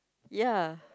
ya